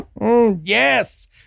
Yes